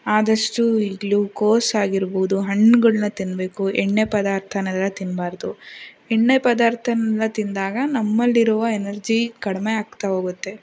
ಆದಷ್ಟು ಈ ಗ್ಲುಕೋಸ್ ಆಗಿರ್ಬೋದು ಹಣ್ಣುಗಳ್ನ ತಿನ್ನಬೇಕು ಎಣ್ಣೆ ಪದಾರ್ಥನ್ನೆಲ್ಲ ತಿನ್ಬಾರ್ದು ಎಣ್ಣೆ ಪದಾರ್ಥನ್ನೆಲ್ಲ ತಿಂದಾಗ ನಮ್ಮಲಿರುವ ಎನರ್ಜಿ ಕಡಿಮೆ ಆಗ್ತಾ ಹೋಗತ್ತೆ